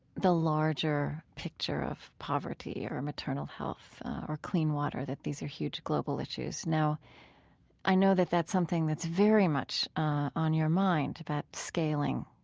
the larger picture of poverty or maternal health or clean water, that these are huge global issues. now i know that that's something that's very much on your mind, that scaling,